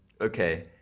Okay